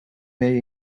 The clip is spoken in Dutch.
mee